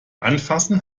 anfassen